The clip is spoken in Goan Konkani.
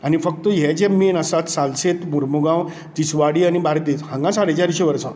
आनी फक्त हे जे मेन आसात सालसेत मुरमुगांव तिसवाडी आनी बार्देस हांगा साडे चारशीं वर्सां